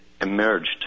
emerged